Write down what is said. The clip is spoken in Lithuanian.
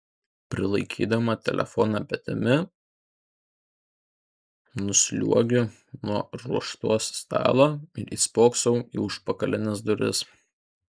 prilaikydama telefoną petimi nusliuogiu nuo ruošos stalo ir įsispoksau į užpakalines duris